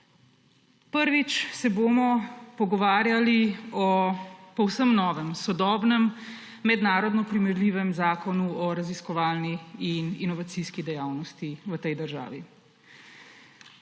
Prvič se bomo pogovarjali o povsem novem, sodobnem, mednarodno primerljivem zakonu o raziskovalni in inovacijski dejavnosti v tej državi.